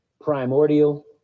primordial